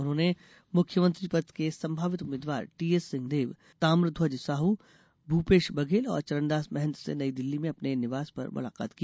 उन्होंने मुख्यमंत्री पद के संभावित उम्मीदवार टीएस सिंहदेव ताम्रध्वज साह भूपेश बघेल और चरणदास महंत से नई दिल्ली में अपने निवास पर मुलाकात की